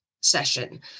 session